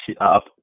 up